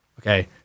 Okay